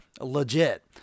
legit